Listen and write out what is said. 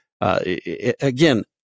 Again